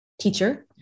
teacher